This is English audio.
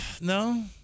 No